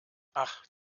ach